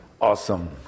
Awesome